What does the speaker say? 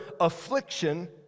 affliction